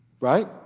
right